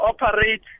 operate